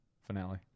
Finale